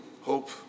hope